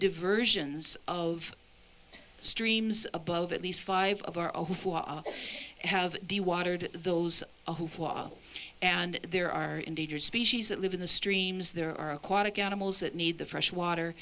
diversions of streams above at least five of our own have the water to those and there are endangered species that live in the streams there are aquatic animals that need the fresh